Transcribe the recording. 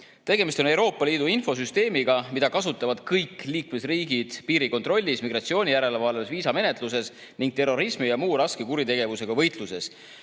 Tegemist on Euroopa Liidu infosüsteemiga, mida kasutavad kõik liikmesriigid piirikontrollis, migratsioonijärelevalves, viisamenetluses ning terrorismi ja muu raske kuritegevusega võitlemisel.